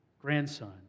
grandson